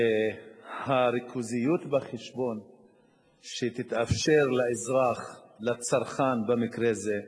שהחשבון הריכוזי יאפשר לאזרח, לצרכן במקרה זה,